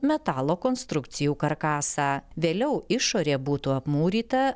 metalo konstrukcijų karkasą vėliau išorė būtų apmūryta